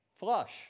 Flush